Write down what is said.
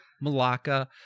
Malacca